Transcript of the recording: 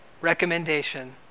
recommendation